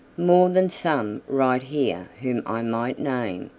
more than some right here whom i might name,